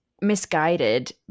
misguided